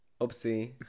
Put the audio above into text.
Oopsie